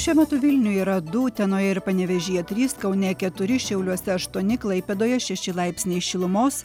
šiuo metu vilniuje yra du utenoje ir panevėžyje trys kaune keturi šiauliuose aštuoni klaipėdoje šeši laipsniai šilumos